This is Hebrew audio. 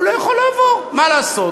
הוא לא יכול לעבור, מה לעשות.